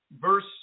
verse